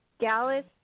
Gallus